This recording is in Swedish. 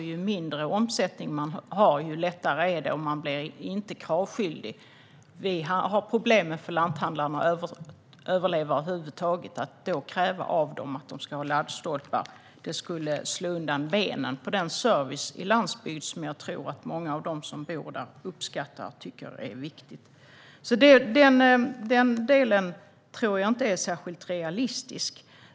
Ju mindre omsättning man har, desto lättare är det, och man blir inte kravskyldig. Lanthandlarna har problem med att överleva över huvud taget. Att då kräva av dem att de ska ha laddstolpar skulle slå undan benen på den service i landsbygd som jag tror att många av dem som bor där tycker är viktig. Den delen tror jag alltså inte är särskilt realistisk.